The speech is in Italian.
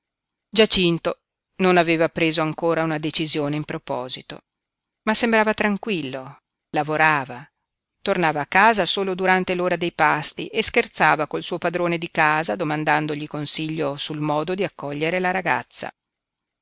giacinto non aveva preso ancora una decisione in proposito ma sembrava tranquillo lavorava tornava a casa solo durante l'ora dei pasti e scherzava col suo padrone di casa domandandogli consiglio sul modo di accogliere la ragazza